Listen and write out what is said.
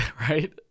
right